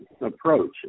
approach